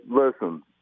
listen